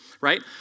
right